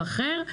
או אחר,